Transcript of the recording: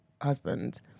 husband